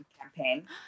campaign